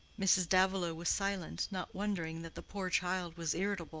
mrs. davilow was silent, not wondering that the poor child was irritable.